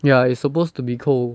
ya it's supposed to be cold